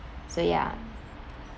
so ya